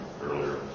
earlier